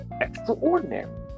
extraordinary